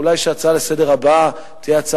אולי שההצעה לסדר-היום הבאה תהיה הצעה